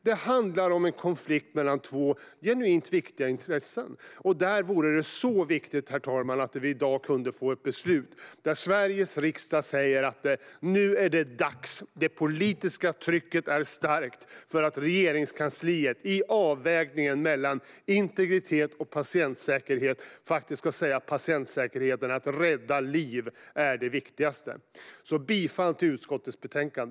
Det handlar om en konflikt mellan två genuint viktiga intressen. Då är det viktigt, herr talman, att vi i dag får ett beslut där Sveriges riksdag säger att nu är det dags, att det politiska trycket är starkt för att Regeringskansliet i avvägningen mellan integritet och patientsäkerhet ska säga att patientsäkerheten - att rädda liv - är det viktigaste. Jag yrkar bifall till utskottets förslag.